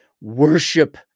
worship